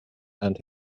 and